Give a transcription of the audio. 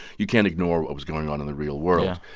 you can't ignore what was going on in the real world.